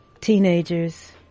teenagers